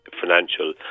financial